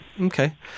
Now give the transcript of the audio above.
Okay